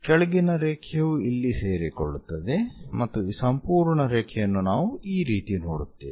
ಕೆಳಗಿನ ರೇಖೆಯು ಇಲ್ಲಿ ಸೇರಿಕೊಳ್ಳುತ್ತದೆ ಮತ್ತು ಈ ಸಂಪೂರ್ಣ ರೇಖೆಯನ್ನು ನಾವು ಈ ರೀತಿ ನೋಡುತ್ತೇವೆ